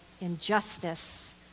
injustice